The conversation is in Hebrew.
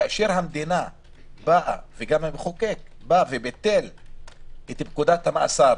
כאשר המדינה באה וביטלה את פקודת המאסר